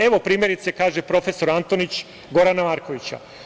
Evo primerice, kaže profesor Antonić - Gorana Markovića.